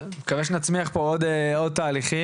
נקווה שנצמיח פה עוד תהליכים.